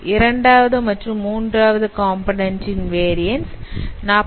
இரண்டாவது மற்றும் மூன்றாவது காம்போநன்ண்ட் ன் வேரியன்ஸ் 41